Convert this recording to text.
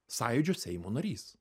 sąjūdžio seimo narys